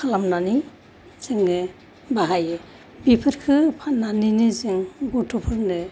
खालामनानै जोङो बाहायो बेफोरखौ फाननानैनो जोङो गथफोरनो